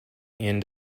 end